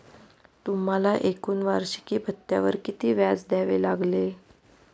तुम्हाला एकूण वार्षिकी भत्त्यावर किती व्याज द्यावे लागले